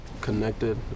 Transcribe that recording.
connected